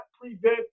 prevent